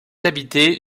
habité